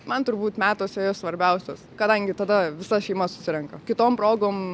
man turbūt metuose jos svarbiausios kadangi tada visa šeima susirenka kitom progom